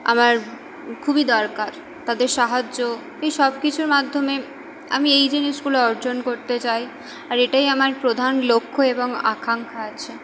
আমার খুবই দরকার তাদের সাহায্য এই সবকিছুর মাধ্যমে আমি এই জিনিসগুলো অর্জন করতে চাই আর এটাই আমার প্রধান লক্ষ্য এবং আকাঙ্খা আছে